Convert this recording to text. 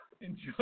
Enjoy